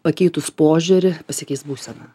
pakeitus požiūrį pasikeis būsena